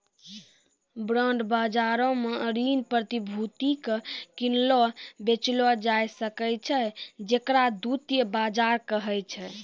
bond बजारो मे ऋण प्रतिभूति के किनलो बेचलो जाय सकै छै जेकरा द्वितीय बजार कहै छै